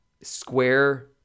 square